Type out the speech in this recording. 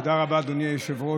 תודה רבה, אדוני היושב-ראש.